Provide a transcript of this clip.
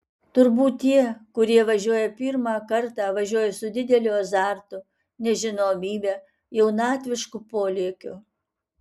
turbūt tie kurie važiuoja pirmą kartą važiuoja su dideliu azartu nežinomybe jaunatvišku polėkiu